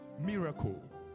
Miracle